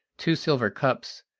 two silver cups,